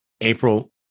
April